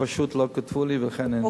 הם פשוט לא כתבו לי ולכן אני,